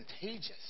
contagious